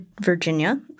Virginia